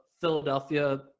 Philadelphia